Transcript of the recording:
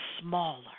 smaller